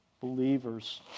believers